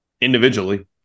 individually